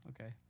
Okay